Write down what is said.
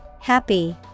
Happy